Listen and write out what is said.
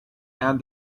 and